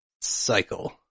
cycle